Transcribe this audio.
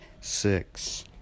six